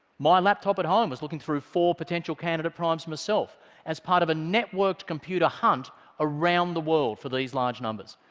my laptop at home was looking through four potential candidate primes myself as part of a networked computer hunt around the world for these large numbers.